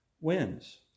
wins